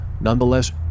Nonetheless